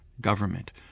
government